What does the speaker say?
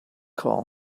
call